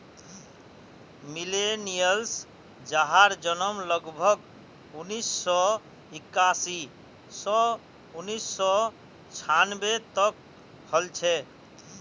millennials जहार जन्म लगभग उन्नीस सौ इक्यासी स उन्नीस सौ छानबे तक हल छे